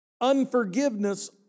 Unforgiveness